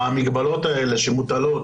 המגבלות האלה שמוטלות,